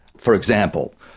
for example,